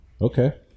Okay